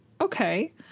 Okay